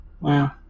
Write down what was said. Wow